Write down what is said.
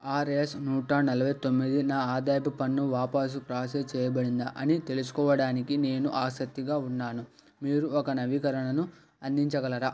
RS నూట నలభై తొమ్మిది నా ఆదాయపు పన్ను వాపాసు ప్రాసెస్ చెయ్యబడిందా అని తెలుసుకోవడానికి నేను ఆసక్తిగా ఉన్నాను మీరు ఒక నవీకరణను అందించగలరా